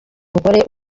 umugore